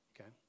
okay